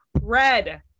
red